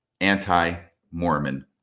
anti-Mormon